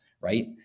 right